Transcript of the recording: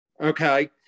Okay